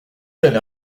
tel